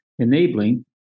enabling